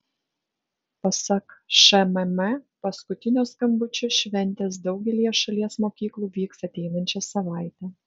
pasak šmm paskutinio skambučio šventės daugelyje šalies mokyklų vyks ateinančią savaitę